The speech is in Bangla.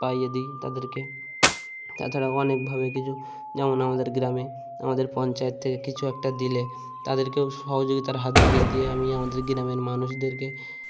পাইয়ে দিই তাদেরকে তাছাড়াও অনেকভাবে কিছু যেমন আমাদের গ্রামে আমাদের পঞ্চায়েত থেকে কিছু একটা দিলে তাদেরকেও সহযোগিতার হাত বাড়িয়ে দিয়ে আমি আমাদের গ্রামের মানুষদেরকে